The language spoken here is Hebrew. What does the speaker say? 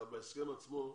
אתה בהסכם עצמו,